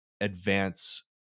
advance